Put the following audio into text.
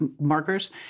markers